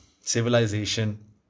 civilization